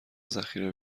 ذخیره